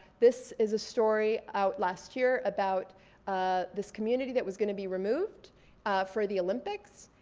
this is a story out last year about ah this community that was gonna be removed for the olympics.